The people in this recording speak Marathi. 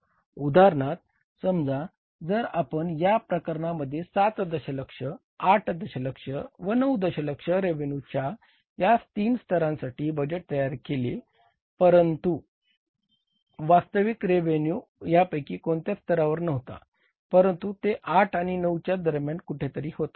उदाहरणार्थ समजा जर आपण या प्रकरणामध्ये 7 दशलक्ष 8 दशलक्ष व 9 दशलक्ष रेव्हेन्यूच्या या तीन स्तरांसाठी बजेट तयार केले परंतुन वास्तविक रेव्हेन्यू यांपैकी कोणत्याच स्तरावर नव्हता परंतु ते आठ आणि नऊच्या दरम्यान कुठे तरी होता